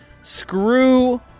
Screw